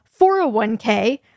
401k